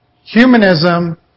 Humanism